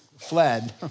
fled